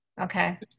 Okay